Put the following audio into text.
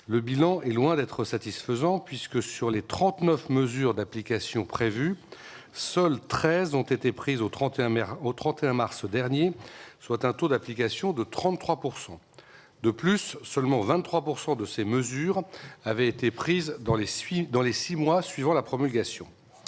le bilan est loin d'être satisfaisant puisque, sur les 39 mesures d'application prévues, seules 13 ont été prises au 31 mars dernier, soit un taux d'application de 33 %. De plus, seulement 23 % de ces mesures avaient été prises dans les six mois suivant la promulgation.